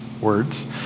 words